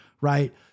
right